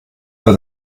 weil